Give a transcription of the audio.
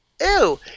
Ew